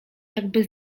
jakby